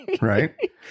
Right